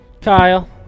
Kyle